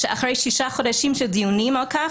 שאחרי שישה חודשים של דיונים על כך,